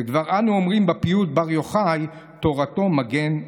וכבר אנו אומרים בפיוט בר יוחאי, "תורתו מגן לנו".